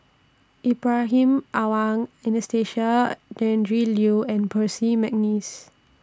Ibrahim Awang Anastasia Tjendri Liew and Percy Mcneice